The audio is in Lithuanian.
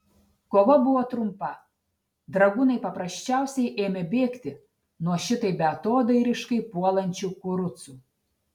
kova buvo trumpa dragūnai paprasčiausiai ėmė bėgti nuo šitaip beatodairiškai puolančių kurucų